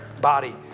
body